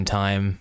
time